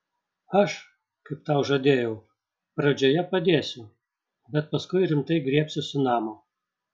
aš kaip tau žadėjau pradžioje padėsiu bet paskui rimtai griebsiuosi namo